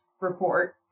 report